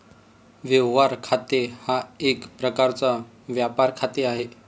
व्यवहार खाते हा एक प्रकारचा व्यापार खाते आहे